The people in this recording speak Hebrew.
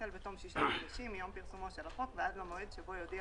החל בתום שישה חודשים מיום פרסומו של החוק ועד למועד שבו יודיע